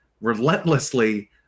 relentlessly